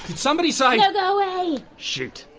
somebody say! no! go away. shoot.